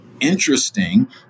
interesting